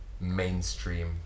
mainstream